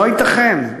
לא ייתכן,